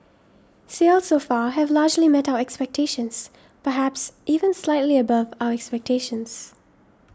sales so far have largely met our expectations perhaps even slightly above our expectations